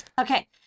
Okay